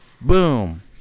Boom